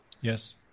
Yes